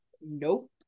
Nope